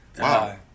Wow